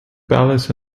palace